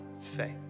faith